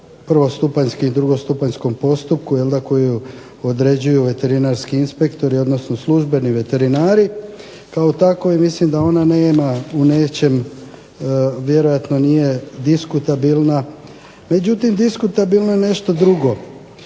prvostupanjskom i drugostupanjskom postupku koji određuju veterinarski inspektori, odnosno službeni veterinari kao takovi mislim da ona nema u nečem vjerojatno nije diskutabilna. Međutim diskutabilno je nešto drugo,